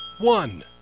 one